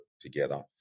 together